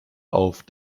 auf